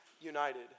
united